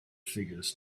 figures